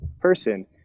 person